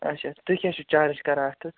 اَچھا تُہۍ کیٛاہ چھُو چارٕج کَران اَتھٕ